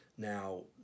Now